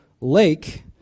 lake